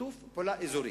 שיתוף פעולה אזורי.